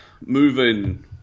moving